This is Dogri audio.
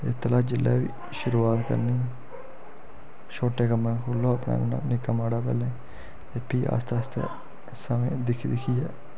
इत्त गल्लै जेल्लै बी शुरुआत करनी छोटे कम्मै खोलो अपना निक्का माड़ा पैह्लें ते फ्ही आस्ता आस्ता समें गी दिक्खी दिक्खियै